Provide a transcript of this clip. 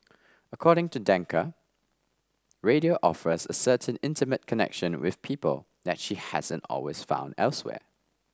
according to Danker radio offers a certain intimate connection with people that she hasn't always found elsewhere